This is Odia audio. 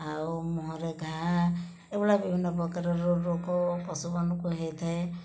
ଆଉ ମୁହଁରେ ଘା ଏହିଭଳିଆ ବିଭିନ୍ନ ପ୍ରକାରର ରୋଗ ପଶୁମାନଙ୍କୁ ହୋଇଥାଏ